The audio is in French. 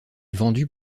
vendus